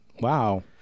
wow